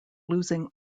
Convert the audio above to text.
losing